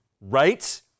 Right